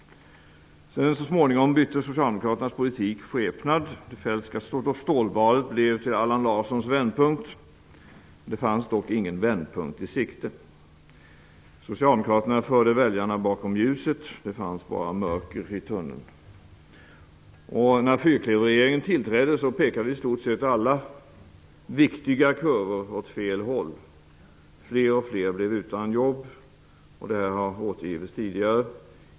Så småningom bytte socialdemokraternas politik skepnad. Det Feldtska stålbadet blev till Allan Larssons vändpunkt. Det fanns dock ingen vändpunkt i sikte. Socialdemokraterna förde väljarna bakom ljuset; det fanns bara mörker i tunneln. När fyrklöverregeringen tillträdde pekade i stort sett alla viktiga kurvor åt fel håll. Detta har återgivits tidigare. Fler och fler blev utan jobb.